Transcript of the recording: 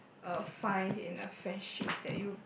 uh find in a friendship that you